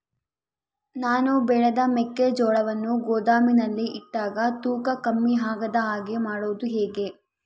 ನಾನು ಬೆಳೆದ ಮೆಕ್ಕಿಜೋಳವನ್ನು ಗೋದಾಮಿನಲ್ಲಿ ಇಟ್ಟಾಗ ತೂಕ ಕಮ್ಮಿ ಆಗದ ಹಾಗೆ ಮಾಡೋದು ಹೇಗೆ?